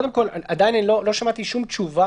קודם כול, עדיין לא שמעתי שום תשובה